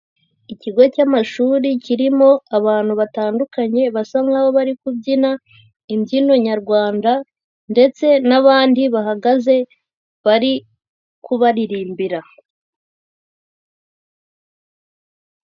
Ikigo cy'amashuri kirimo abantu batandukanye basa nkaho bari kubyina imbyino nyarwanda ndetse n'abandi bahagaze bari kubaririmbira.